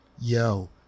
yo